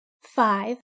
five